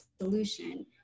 solution